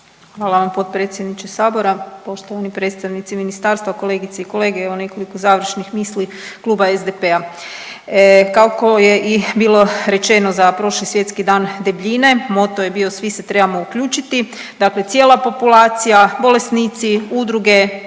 Hvala vam potpredsjedniče Sabora. Poštovani predstavnici ministarstva, kolegice i kolege. Evo nekoliko završnih misli klub SDP-a. Kako je i bilo rečeno za prošli Svjetski dan debljine moto je bio Svi se trebamo uključiti dakle cijela populacija bolesnici, udruge,